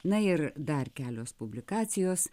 na ir dar kelios publikacijos